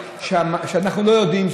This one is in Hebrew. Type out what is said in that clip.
שאנחנו לא יודעים,